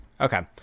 Okay